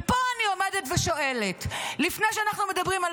ופה אני עומדת ושואלת: לפני שאנחנו מדברים על